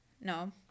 No